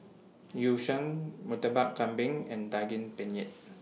Yu Sheng Murtabak Kambing and Daging Penyet